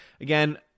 again